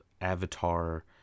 Avatar